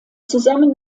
zusammen